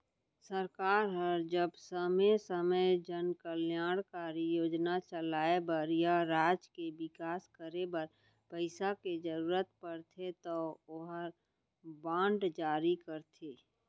सरकार ह जब समे समे जन कल्यानकारी योजना चलाय बर या राज के बिकास करे बर पइसा के जरूरत परथे तौ ओहर बांड जारी करथे